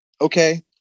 okay